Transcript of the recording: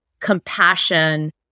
compassion